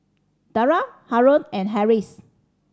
Dara Haron and Harris